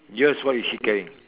yours what is she carrying